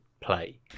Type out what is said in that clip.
play